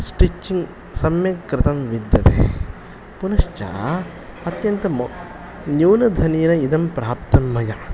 stitching सम्यक् कृतं विद्यते पुनश्च अत्यन्तमु न्यूनधनेन इदं प्राप्तं मया